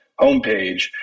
homepage